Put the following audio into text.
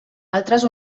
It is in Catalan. altres